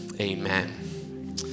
amen